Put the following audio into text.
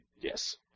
Yes